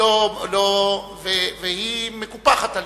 והיא מקופחת על-ידי,